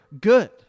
good